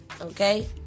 Okay